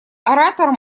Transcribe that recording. оратором